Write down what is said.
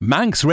Manx